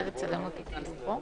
הוא לא רוצה את האחריות?